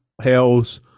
Hells